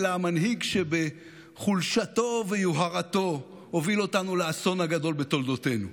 אלא המנהיג שבחולשתו וביוהרתו הוביל אותנו לאסון הגדול בתולדותינו.